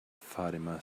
fatima